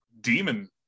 demon